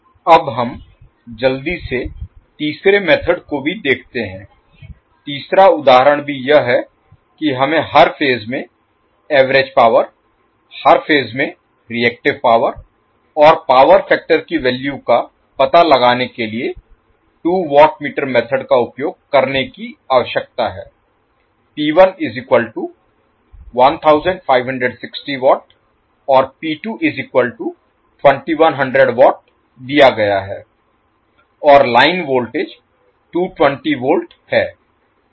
अब हम जल्दी से तीसरे मेथड को भी देखते हैं तीसरा उदाहरण भी यह है कि हमें हर फेज में एवरेज पावर हर फेज में रिएक्टिव पावर और पावर फैक्टर की वैल्यू का पता लगाने के लिए 2 वाट मीटर मेथड का उपयोग करने की आवश्यकता है और दिया गया है और लाइन वोल्टेज 220 वोल्ट है